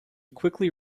quickly